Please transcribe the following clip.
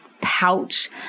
pouch